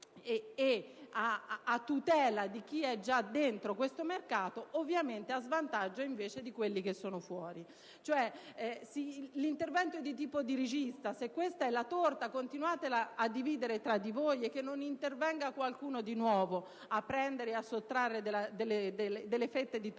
a tutela di chi è già dentro questo mercato, ovviamente a svantaggio di quelli che invece ne sono fuori. L'intervento è di tipo dirigista: se questa è la torta, continuate a dividerla tra di voi, e che non intervenga qualcuno di nuovo a sottrarre delle fette di torta.